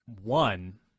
one